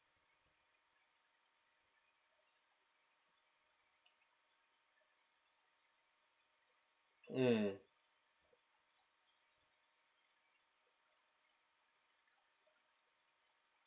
mm